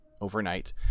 overnight